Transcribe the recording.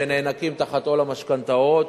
שנאנקים תחת עול המשכנתאות,